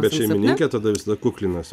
bet šeimininkė tada visada kuklinasi